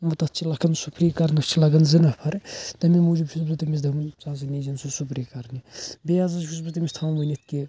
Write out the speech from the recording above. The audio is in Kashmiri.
تتھ چھِ لگان سُپرے کرنَس چھِ لگان زٕ نفر تمے موٗجوٗب چھُس بہٕ تٔمس دپان ژٕ ہسا نیی زیٚن سُہ سُپرے کرنہِ بییہِ ہسا چھُس بہٕ تٔمس تھاوان ونِتھ کہِ